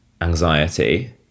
anxiety